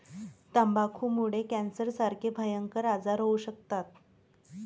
तंबाखूमुळे कॅन्सरसारखे भयंकर आजार होऊ शकतात